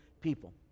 people